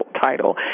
Title